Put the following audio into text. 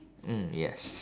mm yes